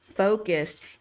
Focused